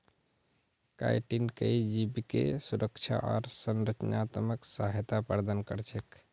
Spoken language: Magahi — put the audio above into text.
काइटिन कई जीवके सुरक्षा आर संरचनात्मक सहायता प्रदान कर छेक